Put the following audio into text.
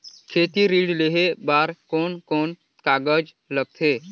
खेती ऋण लेहे बार कोन कोन कागज लगथे?